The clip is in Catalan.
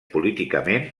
políticament